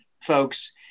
folks